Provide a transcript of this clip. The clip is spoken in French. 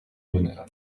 bonheur